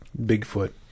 Bigfoot